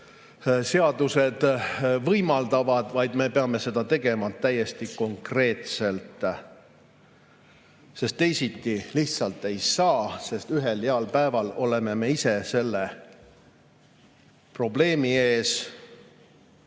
seadused võimaldavad, vaid me peame seda tegema täiesti konkreetselt. Teisiti lihtsalt ei saa, sest ühel heal päeval oleme me ise selle probleemi ees,